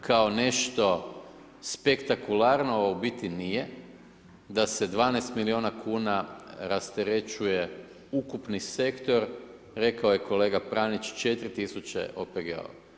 kao nešto spektakularno a u biti nije da se 12 milijuna kuna rasterećuje ukupni sektor, rekao je kolega Pranić 4 tisuće OPG-ova.